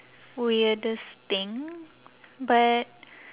weirdest thing but